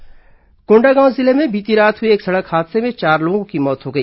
हादसा कोंडागांव जिले में बीती रात हुए एक सड़क हादसे में चार लोगों की मौत हो गई